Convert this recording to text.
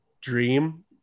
dream